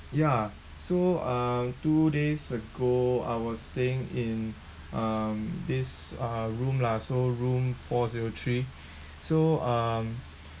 yeah so uh two days ago I was staying in um this uh room las~ room four zero three so um